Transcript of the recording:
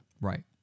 Right